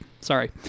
Sorry